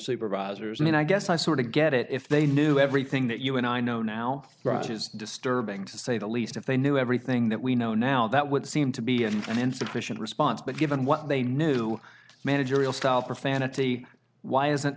supervisors and i guess i sort of get it if they knew everything that you and i know now rush is disturbing to say the least if they knew everything that we know now that would seem to be an insufficient response but given what they knew managerial style for fantasy why isn't